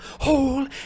whole